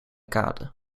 kade